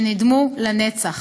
שנדמו לנצח.